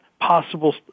possible